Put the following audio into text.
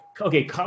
okay